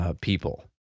people